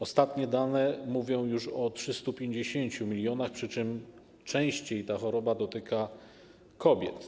Ostatnie dane mówią już o 350 mln, przy czym częściej ta choroba dotyka kobiet.